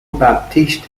baptiste